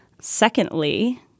Secondly